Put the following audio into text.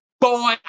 boy